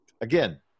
again